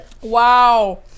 Wow